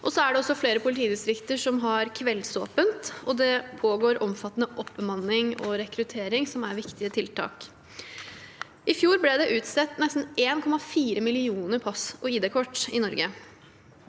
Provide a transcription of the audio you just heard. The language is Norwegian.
Det er også flere politidistrikter som har kveldsåpent, og det pågår omfattende oppbemanning og rekruttering, som er viktige tiltak. I fjor ble det utstedt nesten 1,4 millioner pass og IDkort i Norge.